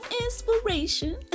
inspiration